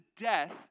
death